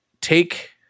take